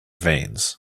veins